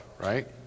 Right